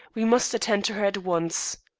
we must attend to her at once.